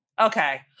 Okay